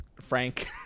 Frank